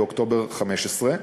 באוקטובר 15',